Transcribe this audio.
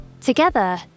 Together